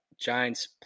Giants